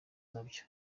nabyo